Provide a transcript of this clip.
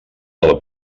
del